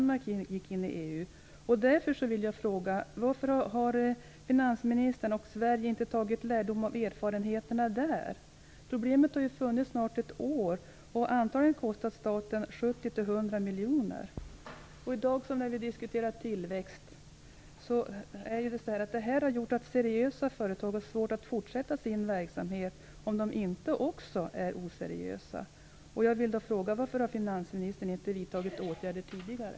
Därför vill jag fråga varför finansministern och Sverige inte har dragit lärdom av dessa erfarenheterna. Problemet har nu funnits i snart ett år och antagligen kostat staten 70-100 miljoner. I dag diskuterar vi tillväxt. Det här har gjort att seriösa företag har fått svårt att fortsätta med sin verksamhet - om de inte också blir oseriösa. Varför har finansministern inte vidtagit åtgärder tidigare?